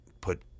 put